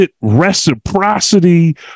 reciprocity